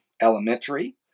elementary